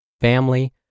family